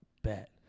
Bet